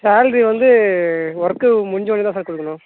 salary வந்து work முடிஞ்சோடனே தான் சார் கொடுக்கணும்